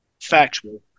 factual